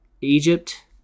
Egypt